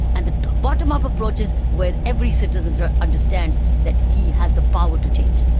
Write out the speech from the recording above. and the bottom-up approach is where every citizen understands that he has the power to change.